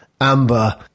amber